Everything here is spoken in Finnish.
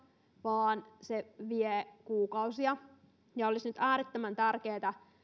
vaan se vie kuukausia olisi nyt äärettömän tärkeätä